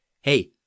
Hey